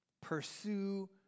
pursue